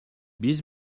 биз